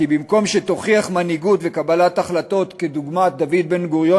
כי במקום שתוכיח מנהיגות וקבלת החלטות כדוגמת דוד בן-גוריון,